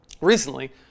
recently